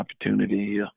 opportunity